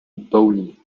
boone